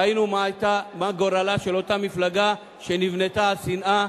ראינו מה גורלה של אותה מפלגה שנבנתה על שנאה,